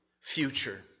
future